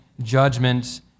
judgment